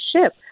ship